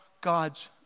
God's